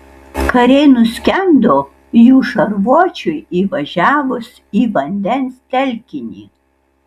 kariai nuskendo jų šarvuočiui įvažiavus į vandens telkinį